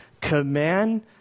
command